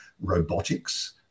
robotics